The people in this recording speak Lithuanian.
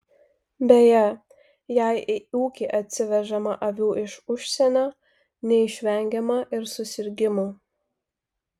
beje jei į ūkį atsivežama avių iš užsienio neišvengiama ir susirgimų